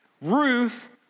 Ruth